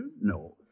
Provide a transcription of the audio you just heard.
No